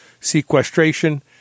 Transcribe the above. sequestration